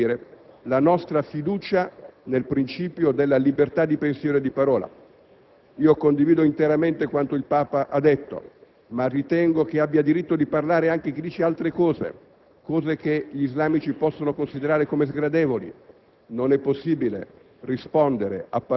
In questa medesima occasione è necessario ribadire la nostra fiducia nel principio della libertà di pensiero e di parola. Condivido interamente quanto il Papa ha detto, ma ritengo che abbia diritto di parlare e di dirci altre cose, cose che gli islamici possono considerare come sgradevoli.